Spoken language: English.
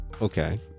okay